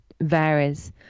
varies